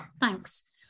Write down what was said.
thanks